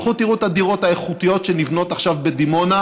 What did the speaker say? תלכו ותראו את הדירות האיכותיות שנבנות עכשיו בדימונה,